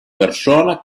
persona